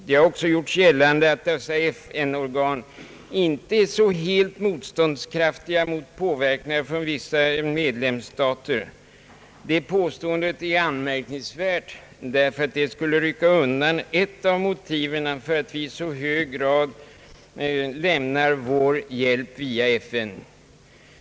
Det har också gjorts gällande att dessa FN-organ inte är så helt motståndskraftiga mot påverkningar från vissa medlemsstater. Detta påstående är anmärkningsvärt därför att det skulle rycka undan ett av motiven för att vi i så "hög grad lämnar vår hjälp via FN.